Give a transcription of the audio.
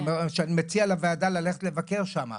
אני מציע לוועדה ללכת לבקר שם.